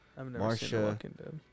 Marsha